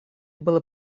было